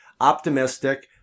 optimistic